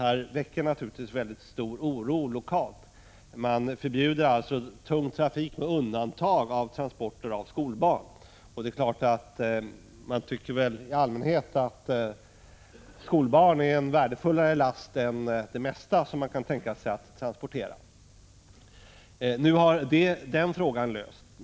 Detta väcker naturligtvis lokalt stor oro. Man förbjuder all tung trafik med undantag för transport av skolbarn. I allmänhet tycker man nog att skolbarn är en värdefullare last än det mesta som man kan tänkas transportera. Nu har denna fråga lösts.